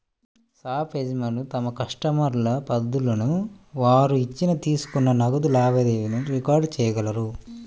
shop యజమానులు తమ కస్టమర్ల పద్దులను, వారు ఇచ్చిన, తీసుకున్న నగదు లావాదేవీలను రికార్డ్ చేయగలరు